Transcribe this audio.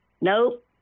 Nope